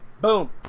Boom